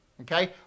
Okay